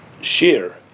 share